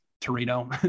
Torino